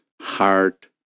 Heart